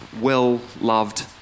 well-loved